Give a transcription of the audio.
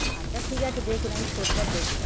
আচ্ছা ঠিক আছে দেখুন আমি সত্তর দেবো